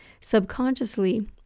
subconsciously